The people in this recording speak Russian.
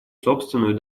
собственную